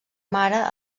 mare